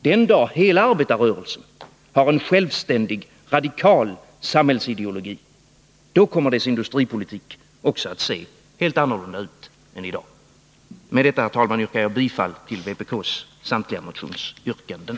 Den dag hela arbetarrörelsen har en självständig, radikal samhällsideologi — då kommer dess industripolitik också att se helt annorlunda ut än i dag. Med detta, herr talman, yrkar jag bifall till vpk:s samtliga motionsyrkanden.